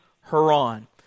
Haran